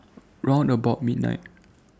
round about midnight